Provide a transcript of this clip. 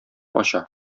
ача